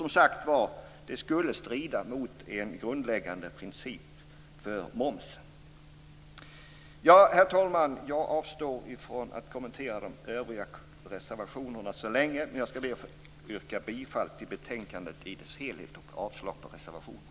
Det skulle också strida mot en grundläggande princip för momsen. Herr talman! Jag avstår från att kommentera de övriga reservationerna än så länge. Jag yrkar bifall till hemställan i betänkandet i dess helhet och avslag på reservationerna.